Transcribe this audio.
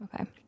Okay